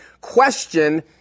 question